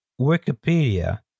Wikipedia